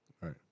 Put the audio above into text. right